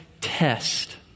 test